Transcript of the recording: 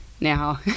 Now